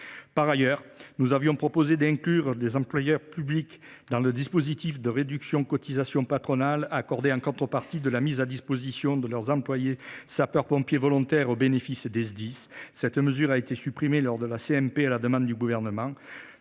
Ensuite, nous avions proposé d’inclure les employeurs publics dans le dispositif de réduction de cotisations patronales accordée en contrepartie de la mise à disposition de leurs employés sapeurs pompiers volontaires au bénéfice des Sdis. Cette mesure a été supprimée lors de la commission mixte paritaire à la demande du Gouvernement.